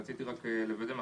רציתי לוודא,